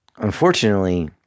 Unfortunately